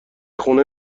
خونه